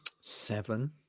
seven